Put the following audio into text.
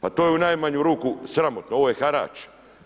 Pa to je u najmanju ruku sramotno, ovo je harač.